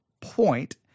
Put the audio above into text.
point